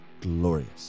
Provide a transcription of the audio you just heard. glorious